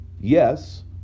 Yes